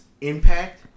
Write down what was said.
impact